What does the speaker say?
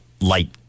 light